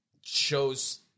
shows